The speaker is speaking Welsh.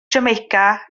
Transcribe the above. jamaica